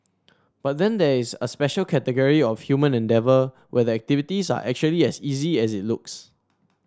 but then there is a special category of human endeavour where the activities are actually as easy as it looks